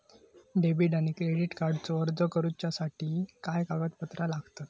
Debit आणि credit कार्डचो अर्ज करुच्यासाठी काय कागदपत्र लागतत?